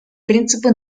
принципы